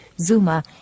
Zuma